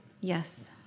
Yes